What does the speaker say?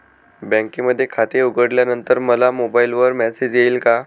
बँकेमध्ये खाते उघडल्यानंतर मला मोबाईलवर मेसेज येईल का?